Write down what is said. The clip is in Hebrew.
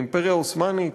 האימפריה העות'מאנית,